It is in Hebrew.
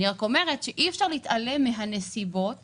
אני רק אומרת שאי אפשר להתעלם מן הסיבות